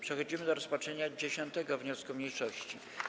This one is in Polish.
Przechodzimy do rozpatrzenia 10. wniosku mniejszości.